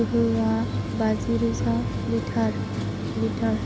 गोहोआ बाजिरोजा लिटार